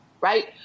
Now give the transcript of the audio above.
right